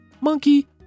Monkey